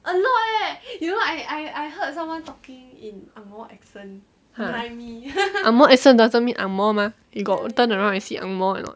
ha ang moh accent doesn't mean ang moh mah you got you turn around and see ang moh or not